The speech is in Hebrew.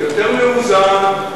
יותר מאוזן,